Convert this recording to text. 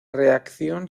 reacción